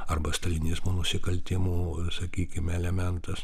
arba stalinizmo nusikaltimų sakykim elementas